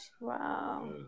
wow